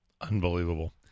Unbelievable